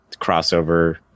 crossover